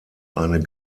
eine